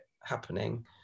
happening